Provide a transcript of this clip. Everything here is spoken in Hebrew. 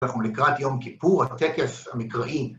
אנחנו לקראת יום כיפור, הטקס המקראי.